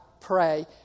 pray